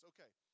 Okay